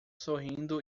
sorrindo